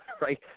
right